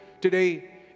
today